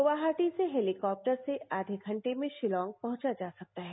गुवाहाटी से हेतीकॉटर से आये घंटे में शिलांग पहुंचा जा सकता है